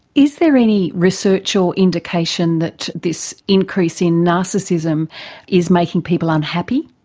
is there any research or indication that this increase in narcissism is making people unhappy?